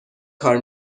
کار